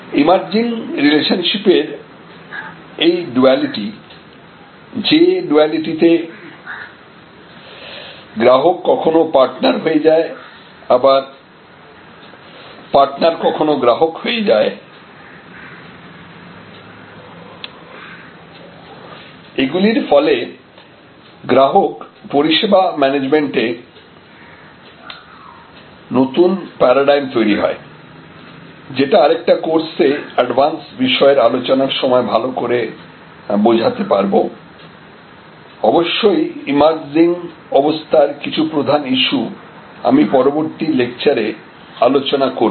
emerging relationship এর এই duality যে ডুয়ালিটিতে গ্রাহক কখনো পার্টনার হয়ে যায় আবার পার্টনার কখনো গ্রাহক হয়ে যায় এগুলির ফলে গ্রাহক পরিষেবা ম্যানেজমেন্টে নতুন প্যারাডাইম তৈরি হয় যেটা আরেকটি কোর্সে অ্যাডভান্স বিষয়ের আলোচনার সময় ভালো করে বোঝাতে পারব অবশ্য ইমার্জিং অবস্থার কিছু প্রধান ইস্যু আমি পরবর্তী লেকচারে আলোচনা করব